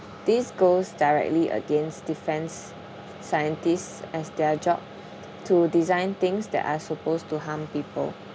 this goes directly against defence scientists as their job to design things that are supposed to harm people